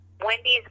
Wendy's